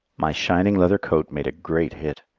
my shining leather coat made a great hit.